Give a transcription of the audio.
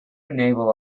naval